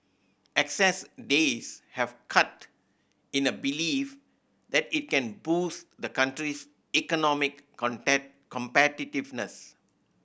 excess days have cut in a belief that it can boost the country's economic competitiveness